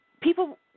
people